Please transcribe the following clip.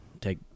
take